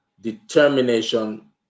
Determination